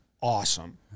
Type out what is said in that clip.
awesome